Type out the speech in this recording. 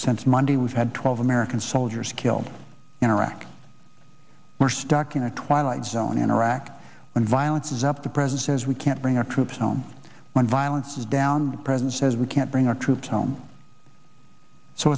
since monday we've had twelve american soldiers killed in iraq we're stuck in a twilight zone in iraq and violence is up to present says we can't bring our troops home when violence is down the president says we can't bring our troops home so